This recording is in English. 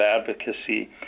advocacy